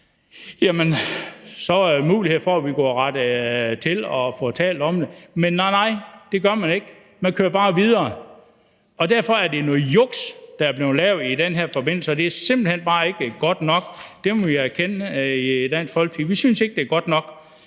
der jo været mulighed for, at vi kunne have rettet det til og have fået talt om det. Men nej, nej, det gør man ikke; man kører bare videre. Derfor er det noget juks, der er blevet lavet i den her forbindelse, og det er simpelt hen bare ikke godt nok. Det må vi erkende i Dansk Folkeparti, altså at vi ikke synes, det er godt nok.